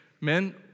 Men